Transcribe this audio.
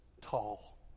tall